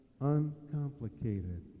uncomplicated